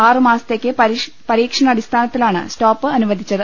ആറുമാസത്തേക്ക് പരീക്ഷണാടിസ്ഥാനത്തിലാണ് സ്റ്റോപ്പ് അനുവദിച്ചത്